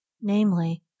namely